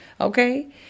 Okay